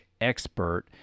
expert